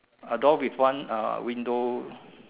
a door with one uh window